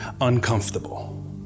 uncomfortable